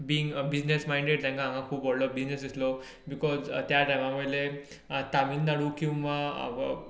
बिंग business minded तांकां हांगा खूब व्हडलो बिजनस दिसलो बिकॉज त्या टायमावयले तामीळ नाडू किंवा